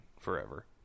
forever